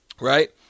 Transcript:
right